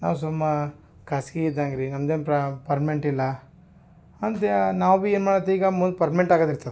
ನಾವು ಸುಮ್ಮ ಖಾಸ್ಗಿ ಇದ್ದಾಗ್ ರೀ ನಮ್ದೇನು ಪರ್ಮೆಂಟಿಲ್ಲ ಅಂದ್ಯ ನಾವು ಬಿ ಏನ್ಮಾಡೋತ್ ಈಗ ಮುಂದೆ ಪರ್ಮೆಂಟ್ ಆಗೋದ್ ಇರ್ತದೆ